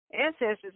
ancestors